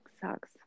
sucks